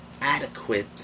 Adequate